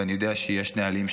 ואני יודע שיש נהלים,